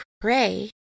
pray